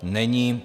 Není.